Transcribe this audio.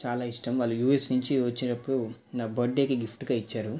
చాలా ఇష్టం వాళ్ళు యూఎస్ నుంచి వచ్చేటప్పుడు నా బర్డేకి గిఫ్ట్గా ఇచ్చారు